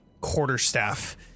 quarterstaff